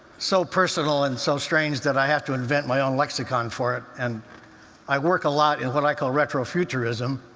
so personal and so strange that i have to invent my own lexicon for it. and i work a lot in what i call retrofuturism,